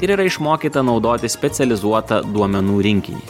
ir yra išmokyta naudoti specializuotą duomenų rinkinį